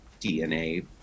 DNA